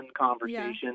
conversation